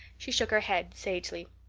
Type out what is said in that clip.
she shook her head sagely.